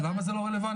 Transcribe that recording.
למה זה לא רלוונטי?